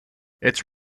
its